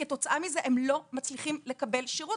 וכתוצאה מזה הם לא מצליחים לקבל שירות,